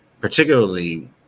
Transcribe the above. particularly